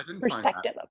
perspective